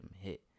hit